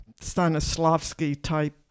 Stanislavski-type